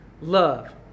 love